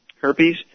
Herpes